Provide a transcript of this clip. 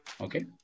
Okay